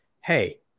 hey